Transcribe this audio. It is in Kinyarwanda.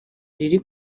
riri